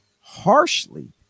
harshly